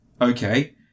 Okay